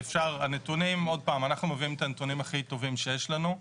אנחנו מביאים את הנתונים הכי טובים שיש לנו.